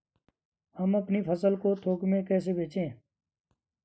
हम अपनी फसल को थोक में कैसे बेचें?